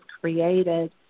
created